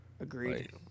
Agreed